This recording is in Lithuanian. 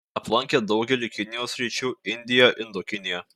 aplankė daugelį kinijos sričių indiją indokiniją